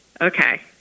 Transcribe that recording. Okay